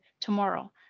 tomorrow